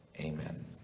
Amen